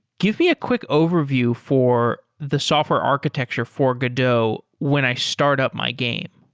give me a quick overview for the software architecture for godot when i start up my game.